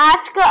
Ask